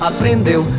Aprendeu